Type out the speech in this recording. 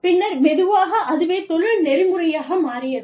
பின்னர் மெதுவாக அதுவே தொழில் நெறிமுறையாக மாறியது